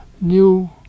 new